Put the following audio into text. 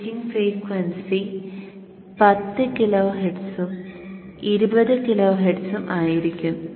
switching frequency 10kHz ഉം 20kHz ഉം ആയിരിക്കും